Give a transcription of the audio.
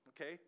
okay